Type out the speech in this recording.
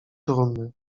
trumny